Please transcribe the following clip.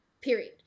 Period